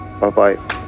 Bye-bye